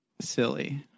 silly